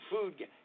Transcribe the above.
food